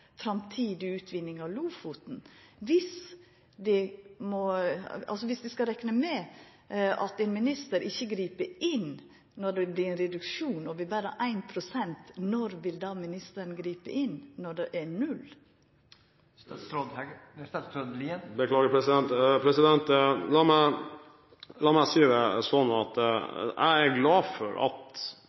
skal rekna med at ein minister ikkje grip inn når det vert ein reduksjon og det vert berre 1 pst., når vil då ministeren gripa inn når det vert null? La meg si det sånn: Jeg er glad for at